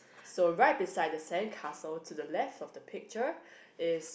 so right beside the sandcastle to the left of the picture is